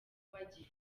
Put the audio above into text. bagiye